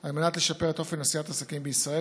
על מנת לשפר את אופן עשיית העסקים בישראל,